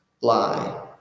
lie